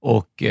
Och